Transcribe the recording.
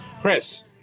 Chris